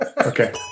Okay